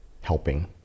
helping